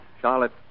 Charlotte